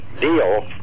deal